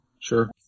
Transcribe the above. Sure